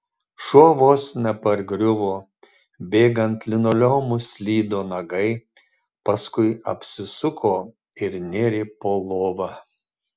šuo vos nepargriuvo bėgant linoleumu slydo nagai paskui apsisuko ir nėrė po lova